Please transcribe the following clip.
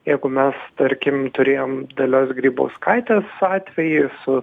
jeigu mes tarkim turėjom dalios grybauskaitės atvejį su